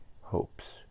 hopes